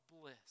bliss